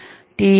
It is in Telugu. TMTC